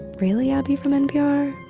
really, abby from npr?